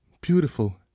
beautiful